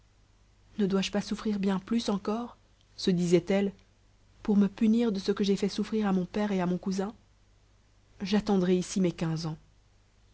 ne dois-je pas souffrir bien plus encore se disait-elle pour me punir de ce que j'ai fait souffrir à mon père et à mon cousin j'attendrai ici mes quinze ans